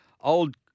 old